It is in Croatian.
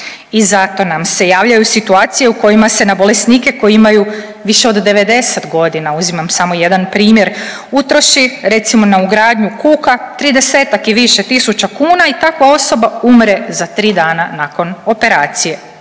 I zato nam se javljaju situacije u kojima se na bolesnike koji imaju više od 90 godina uzimam samo jedan primjer utroši recimo na ugradnju kuka 30-tak i više tisuća kuna i takva osoba umre za tri dana nakon operacije.